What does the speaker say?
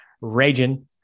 raging